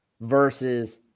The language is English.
versus